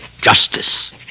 justice